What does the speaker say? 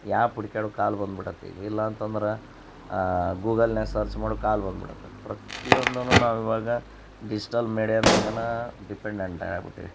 app ಹುಡ್ಕಾಡು ಕಾಲ ಬಂದ್ಬಿಟದ್ ಈಗ ಇಲ್ಲಂತಂದ್ರೆ ಗೂಗಲ್ನಾಗ ಸರ್ಚ್ ಮಾಡುವ ಕಾಲ ಬಂದ್ಬಿಡತ್ತ ಪ್ರತಿ ಒಂದೂನು ನಾವು ಇವಾಗ ಡಿಜ್ಟಲ್ ಮೀಡಿಯಾದ ಮ್ಯಾಲೆನ ಡಿಪೆಂಡೆಂಟ್ ಆಗ್ಬಿಟ್ಟಿವಿ